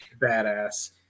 badass